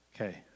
Okay